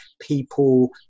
people